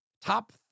top